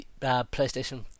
PlayStation